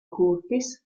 curtis